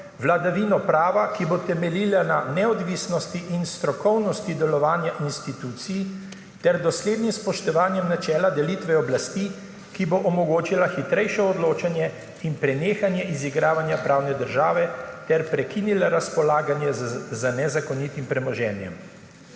vladavino prava, ki bo temeljila na neodvisnosti in strokovnosti delovanja institucij ter doslednem spoštovanju načela delitve oblasti, ki bo omogočila hitrejše odločanje in prenehanje izigravanja pravne države ter prekinila razpolaganje z nezakonitim premoženjem,